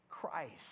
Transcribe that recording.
Christ